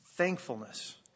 Thankfulness